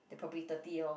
they probably thirty orh